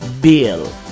bill